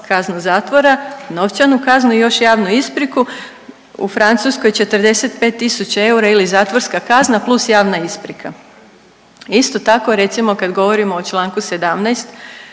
kaznu zatvora, novčanu kazni i još javnu ispriku u Francuskoj 45 tisuća eura ili zatvorska kazna + javna isprika. Isto tako, recimo kad govorimo o članku 17,